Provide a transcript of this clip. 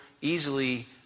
easily